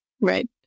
Right